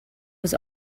was